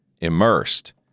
immersed